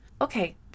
okay